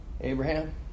Abraham